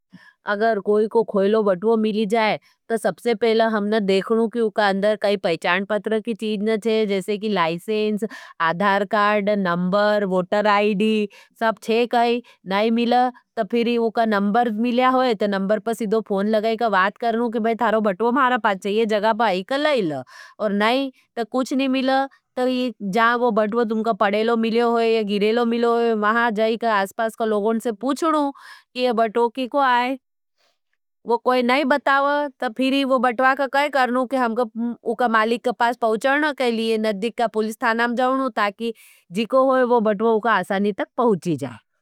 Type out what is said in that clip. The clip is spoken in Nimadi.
अगर कोई को खोयलो बटुवों मिली जाए, तो सबसे पहला हमने देखनू कि उका अंदर काई पैचाण पत्र की चीज न छे, जैसे की licence, Aadhaar card number, voter ID, सब छे काई, नाई मिला, तो फिर उका नंबर मिला होई, तो नंबर पर सिदो फोन लगाई के बात करलो कि थारा बटुवान हमारा पास छे ते ये जगह पर आईके लेले। अर नई ते कुछ नई मिले तो जहां वो बटुवा टॉइके पद मिल होइए गिर मिल होइए ये बट्वो की को आई, वो कोई नाई बतावा, तो फिर ये वो बट्वा का कै करणू, कि हमका उका मालिक के पास पहुचारना के लिए नधिक का पूलिस थानाम जाओणू, ताकि जीको होई वो बट्वो उका आसानी तक पहुची जाए।